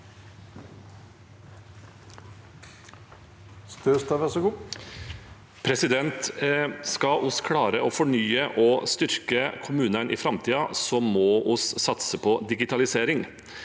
Skal vi klare å fornye og styrke kommunene i framtiden, må vi satse på digitalisering.